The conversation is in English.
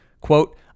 Quote